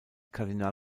kardinal